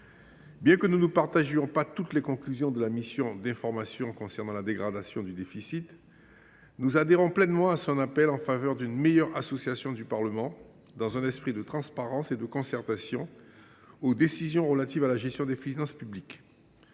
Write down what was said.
Bien que nous ne partagions pas toutes les conclusions de la mission d’information sur la dégradation des finances publiques, nous adhérons pleinement à son appel en faveur d’une meilleure association du Parlement, dans un esprit de transparence et de concertation, aux décisions relatives à la gestion des finances publiques.